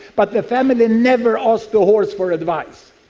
but the family never asked the horse for advice,